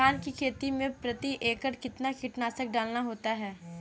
धान की खेती में प्रति एकड़ कितना कीटनाशक डालना होता है?